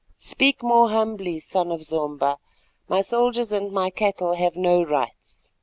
speak more humbly, son of zomba my soldiers and my cattle have no rights.